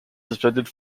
suspended